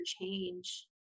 change